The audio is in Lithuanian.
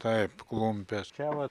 taip klumpės čia vat